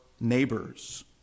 neighbors